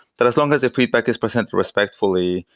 that as long as a feedback is presented respectfully,